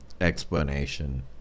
explanation